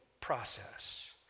process